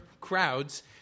crowds